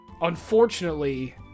Unfortunately